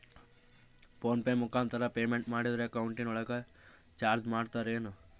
Phone pay ಮುಖಾಂತರ payment ಮಾಡಿದರೆ ನನ್ನ ಅಕೌಂಟಿನೊಳಗ ಚಾರ್ಜ್ ಮಾಡ್ತಿರೇನು?